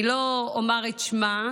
ה' אני לא אומר את שמה,